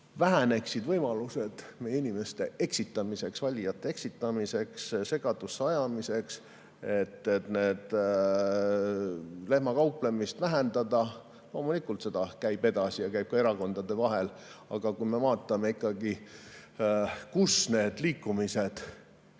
väheneksid võimalused meie inimeste eksitamiseks, valijate eksitamiseks, segadusse ajamiseks, et lehmakauplemine väheneks. Loomulikult see käib edasi ja käib ka erakondade vahel. Aga kui me vaatame, kus need liikumised